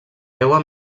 creua